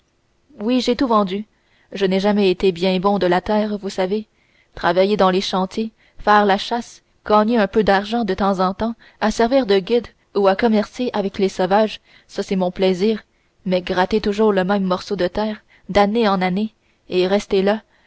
oui j'ai tout vendu je n'ai jamais été bien bon de la terre vous savez travailler dans les chantiers faire la chasse gagner un peu d'argent de temps en temps à servir de guide ou à commercer avec les sauvages ça c'est mon plaisir mais gratter toujours le même morceau de terre d'année en année et rester là